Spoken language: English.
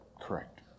Correct